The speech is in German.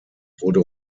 wurde